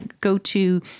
go-to